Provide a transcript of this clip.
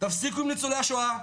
תפסיקו עם ניצולי השואה.